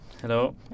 Hello